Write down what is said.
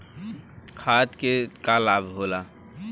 खाद्य से का लाभ होला?